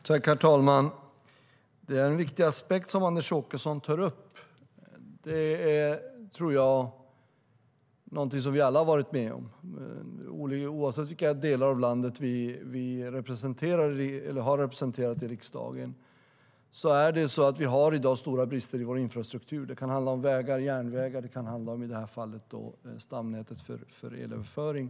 Herr talman! Det är en viktig aspekt som Anders Åkesson tar upp. Jag tror att det är något som vi alla har varit med om, oavsett vilka delar av landet vi representerar eller har representerat i riksdagen. Vi har stora brister i vår infrastruktur i dag. Det kan handla om vägar, järnvägar och som i det här fallet stamnätet för elöverföring.